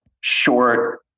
short